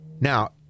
Now